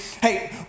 hey